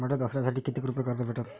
मले दसऱ्यासाठी कितीक रुपये कर्ज भेटन?